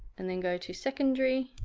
and then go to secondary,